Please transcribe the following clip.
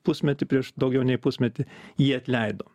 pusmetį prieš daugiau nei pusmetį jį atleido